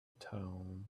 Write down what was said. town